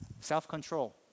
self-control